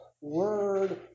word